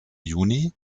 juni